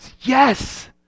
Yes